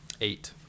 Eight